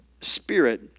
spirit